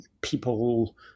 People